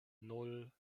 nan